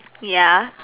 ya